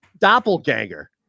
doppelganger